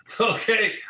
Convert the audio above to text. Okay